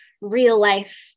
real-life